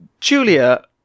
Julia